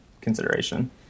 consideration